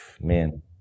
man